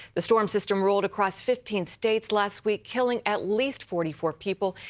the storm system rolled across fifteen states last week, killing at least forty four people,